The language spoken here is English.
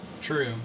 True